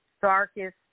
darkest